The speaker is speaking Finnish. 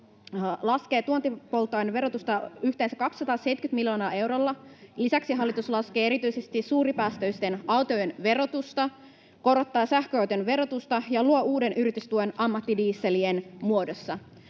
tuontipolttoaineiden verotusta yhteensä 270 miljoonalla eurolla. Lisäksi hallitus laskee erityisesti suuripäästöisten autojen verotusta, korottaa sähköautojen verotusta ja luo uuden yritystuen ammattidieselien muodossa.